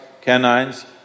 canines